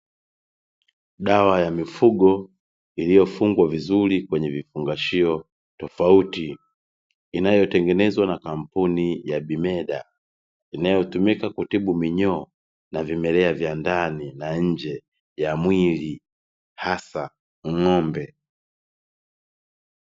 Dawa ya mifugo iliyofungwa vizuri kwenye vifungashio tofauti, inayotengenezwa na kampuni ya Bimeda; inayotumika kutibu minyoo, na vimelea vya ndani na nje ya mwili, hasa ng'ombe.